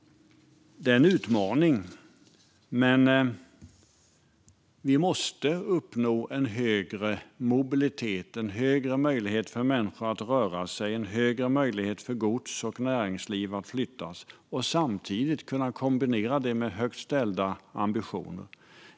Det är en utmaning, men vi måste uppnå högre mobilitet och större möjligheter för människor att röra sig och näringslivet att flytta gods och samtidigt kunna kombinera det med högt ställda ambitioner.